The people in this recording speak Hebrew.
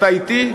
אתה אתי?